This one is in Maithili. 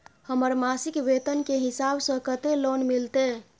हमर मासिक वेतन के हिसाब स कत्ते लोन मिलते?